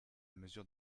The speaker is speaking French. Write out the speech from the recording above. mesure